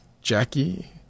Jackie